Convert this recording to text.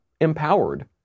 empowered